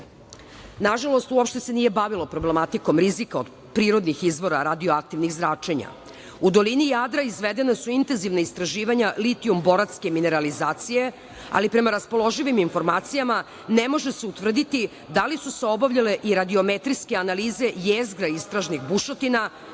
hrane. Nažalost, uopšte se nije bavilo problematikom, rizikom prirodnih izvora radioaktivnih zračenja. U dolini Jadra izvedena su intenzivna istraživanja litijum-boratske mineralizacije, ali prema raspoloživim informacijama, ne može se utvrditi da li su se obavljale i radiometrijske analize jezgra istražnih bušotina